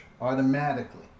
automatically